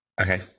Okay